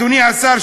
אדוני השר,